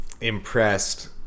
impressed